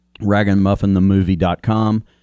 ragamuffinthemovie.com